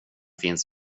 finns